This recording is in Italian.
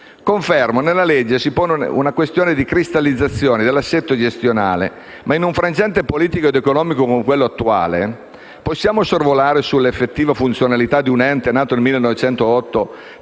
Confermo che nella legge si pone una questione di cristallizzazioni nell'assetto gestionale. Ma in un frangente politico ed economico come quello attuale, possiamo sorvolare sulla effettiva funzionalità di un ente nato nel 1908